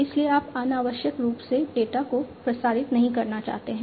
इसलिए आप अनावश्यक रूप से डेटा को प्रसारित नहीं करना चाहते हैं